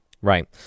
Right